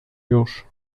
już